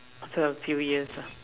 also you're furious ah